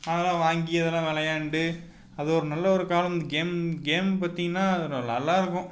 நாங்கள்லாம் வாங்கி அதெல்லாம் விளையாண்டு அது ஒரு நல்ல ஒரு காலம் கேம் கேம் பத்தினா அது ஒரு நல்லா இருக்கும்